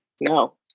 no